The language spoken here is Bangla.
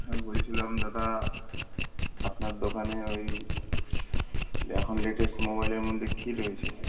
হ্যাঁ বলছিলাম দাদা আপনার দোকানে ওই এখন লেটেস্ট মোবাইলের মধ্যে কি রয়েছে